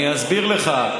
אבל אני אסביר לך.